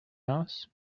mouse